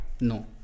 No